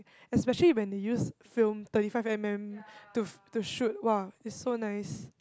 especially when they use film thirty five m_m to to shoot !wah! it's so nice